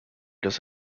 does